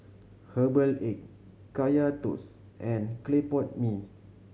herbal egg Kaya Toast and clay pot mee